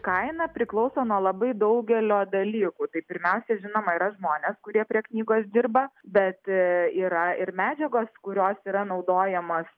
kaina priklauso nuo labai daugelio dalykų tai pirmiausia žinoma yra žmonės kurie prie knygos dirba bet yra ir medžiagos kurios yra naudojamos